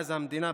ואז המדינה,